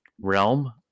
realm